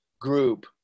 group